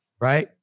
Right